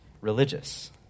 religious